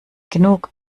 genug